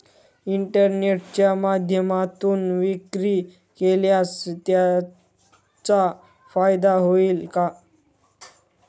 इंटरनेटच्या माध्यमातून विक्री केल्यास त्याचा फायदा होईल का?